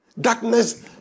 Darkness